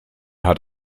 hat